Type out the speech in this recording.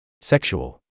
Sexual